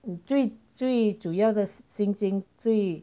最最主要的薪金最